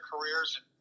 careers